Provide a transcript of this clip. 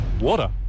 Water